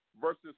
versus